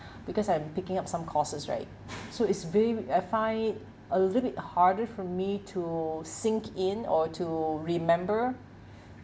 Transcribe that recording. because I'm picking up some courses right so it's ve~ I find a little bit harder for me to sink in or to remember